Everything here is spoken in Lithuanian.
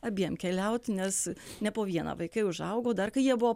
abiem keliaut nes ne po vieną vaikai užaugo dar kai jie buvo